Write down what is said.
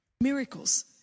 Miracles